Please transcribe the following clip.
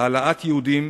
העלאת יהודים